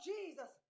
Jesus